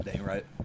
right